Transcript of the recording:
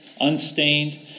unstained